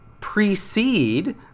precede